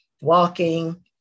walking